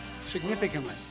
significantly